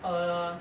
err